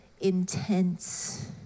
intense